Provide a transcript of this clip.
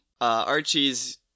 Archie's